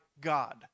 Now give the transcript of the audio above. God